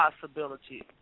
possibility